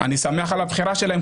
אני שמח על הבחירה שלכם,